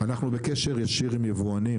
אנחנו בקשר ישיר עם יבואנים,